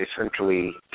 essentially